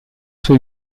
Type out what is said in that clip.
suo